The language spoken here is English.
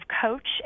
coach